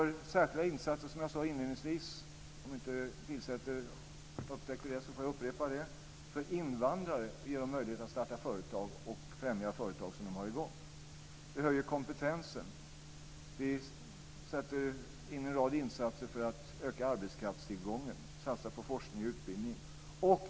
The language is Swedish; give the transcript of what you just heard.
Som jag sade inledningsvis - om inte Pilsäter upptäckte det så får jag upprepa det - gör vi särskilda insatser för invandrare. Vi ger dem möjlighet att starta företag och vi främjar företag som de har i gång. Vi höjer kompetensen. Vi sätter in en rad insatser för att öka arbetskraftstillgången. Vi satsar på forskning och utbildning.